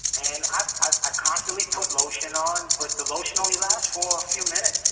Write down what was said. and i constantly put lotion on. but the lotion only lasts for a few minutes.